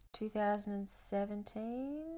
2017